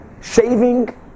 Shaving